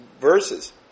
verses